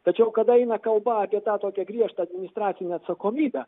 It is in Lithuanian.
tačiau kada eina kalba apie tą tokią griežtą administracinę atsakomybę